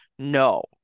No